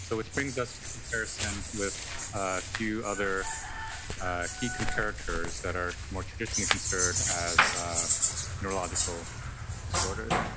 so it brings us to the comparison with a few other key comparators that are more traditionally considered as neurological disorders.